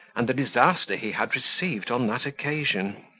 and the disaster he had received on that occasion.